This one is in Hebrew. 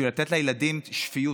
בשביל לתת לילדים שפיות,